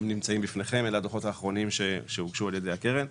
הם הדוחות האחרונים שהוגשו על ידי הקרן.